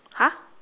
!huh!